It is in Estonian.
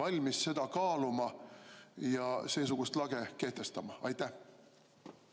valmis seda kaaluma ja seesugust lage kehtestama? Kuivõrd